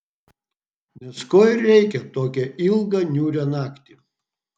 nes ko ir reikia tokią ilgą niūrią naktį